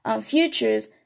futures